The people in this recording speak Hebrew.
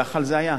גח"ל זה היה?